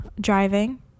driving